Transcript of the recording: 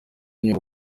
nyuma